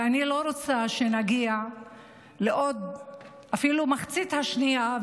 ואני לא רוצה שנגיע לעוד אפילו המחצית השנייה,